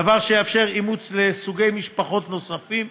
דבר שיאפשר אימוץ לסוגי משפחות נוספים.